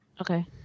Okay